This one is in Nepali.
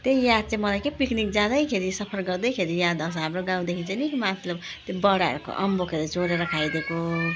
त्यही याद चाहिँ मलाई कि पिकनिक जाँदैखेरि सफर गर्दैखेरि याद आउँछ हाम्रो गाउँदेखि चाहिँ नि अलिक माथिल्लो बडाहरूको अम्बकहरू चोरेर खाइदिएको